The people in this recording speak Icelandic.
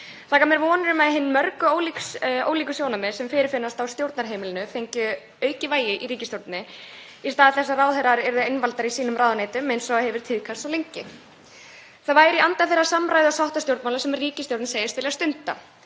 Það gaf mér vonir um að hin mörgu ólíku sjónarmið sem fyrirfinnast á stjórnarheimilinu fengju aukið vægi í ríkisstjórninni í stað þess að ráðherrar yrðu einvaldar í sínum ráðuneytum eins og hefur tíðkast svo lengi. Það væri í anda þeirra samræðu- og sáttastjórnmála sem ríkisstjórnin segist vilja stunda.